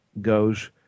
goes